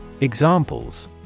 Examples